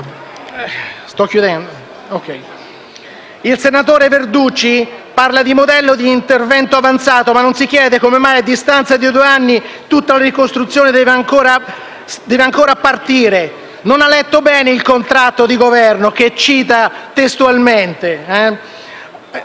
Il senatore Verducci parla di modello di intervento avanzato, ma non si chiede come mai, a distanza di due anni, tutta la ricostruzione deve ancora partire. Non ha letto bene il contratto di Governo, che cita testualmente.